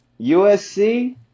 USC